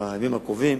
ובימים הקרובים,